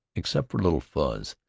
except little fuzz,